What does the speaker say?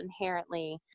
inherently